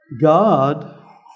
God